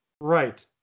Right